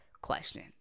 question